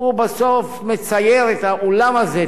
הוא בסוף מצייר את האולם הזה,